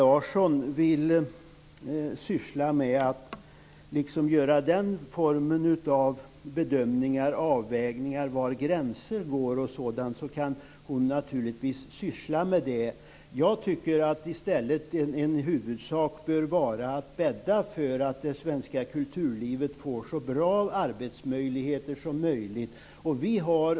Fru talman! Om Ewa Larsson vill göra bedömningar och avvägningar av var gränser går och liknande, kan hon naturligtvis syssla med det. Jag tycker i stället att det viktiga bör vara att bädda för att det svenska kulturlivet får så bra arbetsmöjligheter som möjligt.